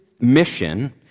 mission